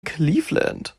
cleveland